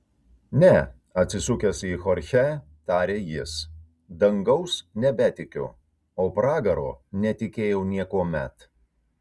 ne atsisukęs į chorchę tarė jis dangaus nebetikiu o pragaro netikėjau niekuomet